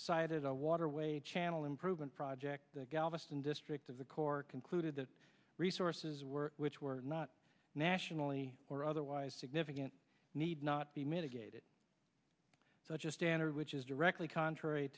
a waterway channel improvement project the galveston district of the corps concluded that resources were which were not nationally or otherwise significant need not be mitigated such a standard which is directly contrary